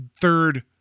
third